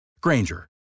Granger